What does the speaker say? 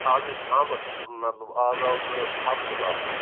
اَز ہے چھُ آمُت مطلب اَز آو سُہ ہفتہٕ بعد